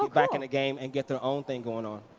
um back in the game and get their own thing going ah